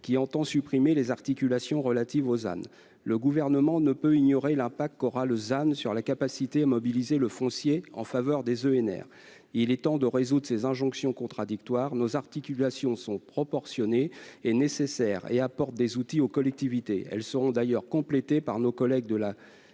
l'objectif « zéro artificialisation nette ». Le Gouvernement ne peut ignorer l'impact qu'aura cet objectif sur la capacité à mobiliser le foncier en faveur des EnR : il est temps de résoudre ces injonctions contradictoires. Nos articulations sont proportionnées et nécessaires, et apportent des outils aux collectivités. Elles seront d'ailleurs complétées par nos collègues de la